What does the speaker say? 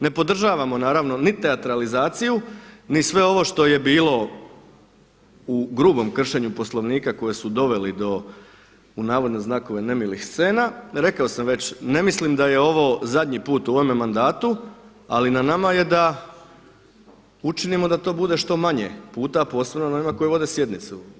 Ne podržavamo naravno ni teatralizaciju, ni sve ovo što je bilo u grubom kršenju Poslovnika koji su doveli do „nemilih scena.“ Rekao sam već ne mislim da je ovo zadnji put u ovome mandatu ali na nama je da učinimo da to bude što manje puta posebno na onima koji vode sjednicu.